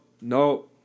no